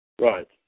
Right